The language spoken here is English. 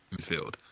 midfield